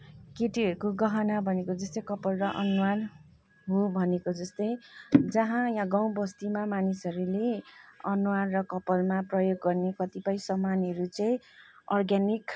केटीहरूको गहना भनेको जस्तै कपाल र अनुहार हो भनेको जस्तै जहाँ यहाँ गाउँ बस्तीमा मानिसहरूले अनुहार र कपालमा प्रयोग गर्ने कतिपय सामानहरू चाहिँ अर्ग्यानिक